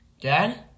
Dad